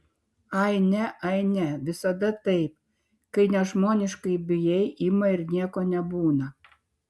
aine aine visada taip kai nežmoniškai bijai ima ir nieko nebūna